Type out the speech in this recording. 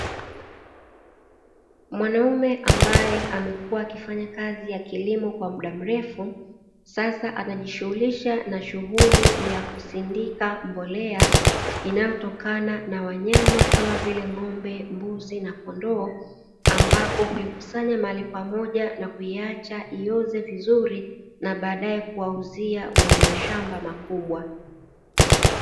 Mwanaume ambaye amekuwa akifanya kazi ya kilimo kwa mda mrefu sasa anajishughulisha na shughuli ya kusindika mbolea inayotokana na wanyama kama vile: ng'ombe, mbuzi na kondoo ambapo ukikusanya mahali pamoja na kuiacha ioze vizuri na baadae kuwauzia wenye mashamba makubwa.